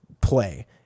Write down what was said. play